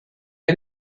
est